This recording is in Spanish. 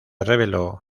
reveló